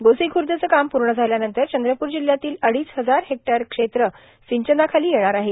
गोसीखुदंचं काम पूण झाल्यानंतर चंद्रपूर जिल्ह्यातील अडीच हजार हेक्टर क्षेत्र ासंचनाखालां येणार आहे